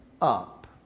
up